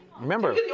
Remember